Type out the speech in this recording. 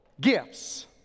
gifts